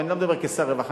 ואני לא מדבר כשר רווחה,